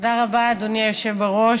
תודה רבה, אדוני היושב-ראש.